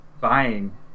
buying